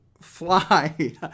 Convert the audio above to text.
fly